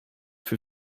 für